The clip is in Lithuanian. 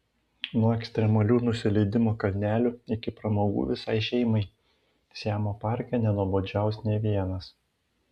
nuo ekstremalių nusileidimo kalnelių iki pramogų visai šeimai siamo parke nenuobodžiaus nė vienas